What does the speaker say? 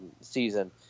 season